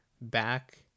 back